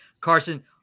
Carson